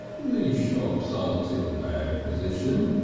these shops aren't in a bad position,